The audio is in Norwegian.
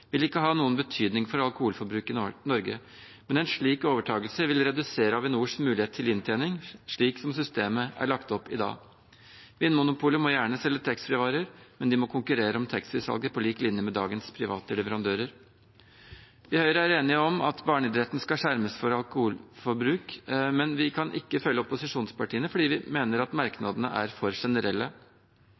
vil ikke ha noen betydning for alkoholforbruket i Norge. Men en slik overtakelse vil redusere Avinors mulighet til inntjening, slik som systemet er lagt opp i dag. Vinmonopolet må gjerne selge taxfree-varer, men de må konkurrere om taxfree-salget på lik linje med dagens private leverandører. Vi i Høyre er enig i at barneidretten skal skjermes for alkoholforbruk, men vi kan ikke følge opposisjonspartiene fordi vi mener at merknadene er for generelle.